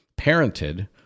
parented